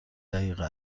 دقیقه